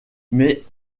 mais